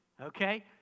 Okay